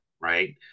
right